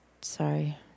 sorry